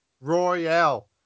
Royale